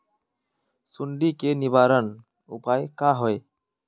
सुंडी के निवारण उपाय का होए?